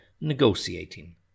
Negotiating